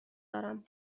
دارم